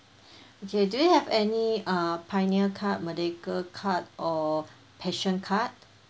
okay do you have any uh pioneer card merdeka card or passion card